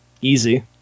Easy